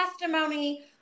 testimony